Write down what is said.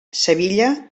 sevilla